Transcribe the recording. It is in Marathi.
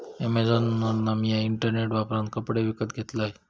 अॅमेझॉनवरना मिया इंटरनेट वापरान कपडे विकत घेतलंय